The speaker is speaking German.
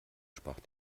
sprach